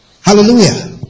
Hallelujah